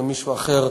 ומישהו אחר,